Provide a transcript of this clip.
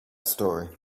story